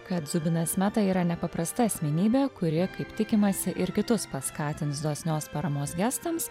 kad zubinas meta yra nepaprasta asmenybė kuri kaip tikimasi ir kitus paskatins dosnios paramos gestams